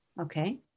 Okay